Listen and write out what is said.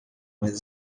mais